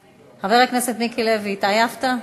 התעייפת?